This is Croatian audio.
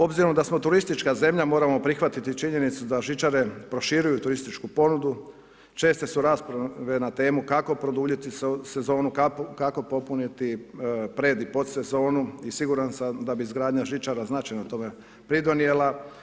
Obzirom da smo turistička zemlja moramo prihvatiti činjenicu da žičare proširuju turističku ponudu, česte su rasprave na temu kako produljiti sezonu, kako popuniti pred i podsezonu i siguran sam da bi izgradnja žičara značajno tome pridonijela.